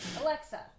Alexa